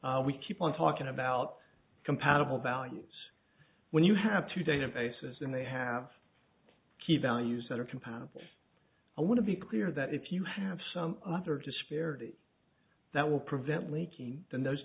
we keep on talking about compatible values when you have two databases and they have key values that are compatible i want to be clear that if you have some other disparity that will prevent leaking then th